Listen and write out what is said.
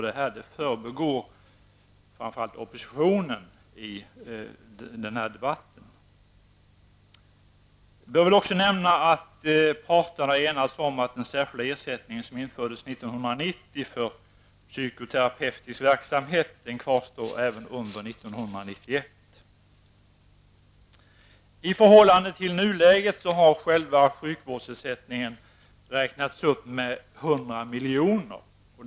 Det förbigår framför allt oppositionen i den här debatten. Jag bör väl också nämna att parterna har enats om att den särskilda ersättning som 1990 infördes för psykoterapeutisk verksamhet kvarstår även under I förhållande till nuläget har sjukvårdsersättningen räknats upp med 100 miljoner.